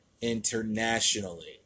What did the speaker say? internationally